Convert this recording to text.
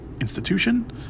institution